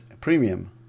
premium